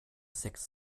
sechs